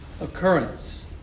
occurrence